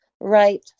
right